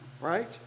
right